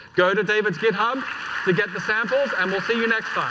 go to david's github to get the samples and we'll see you next